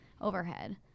overhead